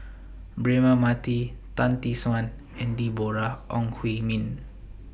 Braema Mathi Tan Tee Suan and Deborah Ong Hui Min